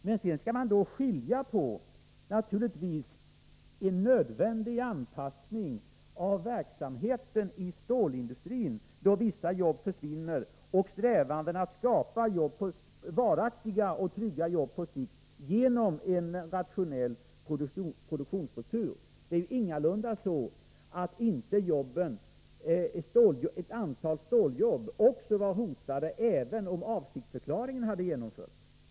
Men man skall naturligtvis skilja på en nödvändig anpassning av verksamheten i stålindustrin då vissa jobb försvinner och strävandena att skapa trygga och varaktiga jobb på sikt genom en rationell produktionsstruktur. Det är ingalunda så att ett antal ståljobb inte varit hotade om avsiktsförklaringen hade genomförts.